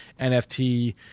NFT